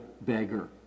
beggar